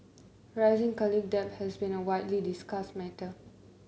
rising college debt has been a widely discussed matter